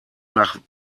nach